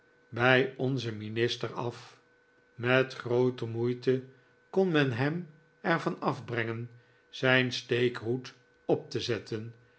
bij onzen minister af met groote moeite kon men hem er van afbrengen zijn steekhoed op te zetten